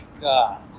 God